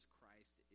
Christ